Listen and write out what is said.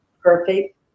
perfect